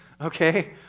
okay